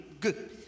good